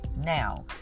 Now